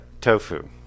Tofu